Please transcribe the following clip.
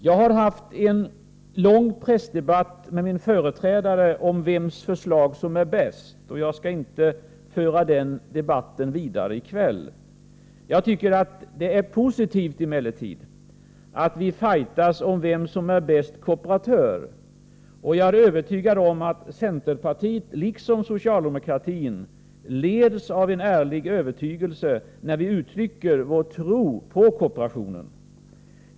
Jag har haft en lång pressdebatt med min företrädare om vems förslag som är bäst, och jag skall inte föra den debatten vidare i kväll. Jag tycker emellertid att det är positivt att vi ”fajtas” om vem som är bäst kooperatör, och jag är övertygad om att centerpartiet liksom socialdemokratin leds av en ärlig övertygelse när vi uttrycker vår tro på kooperationen.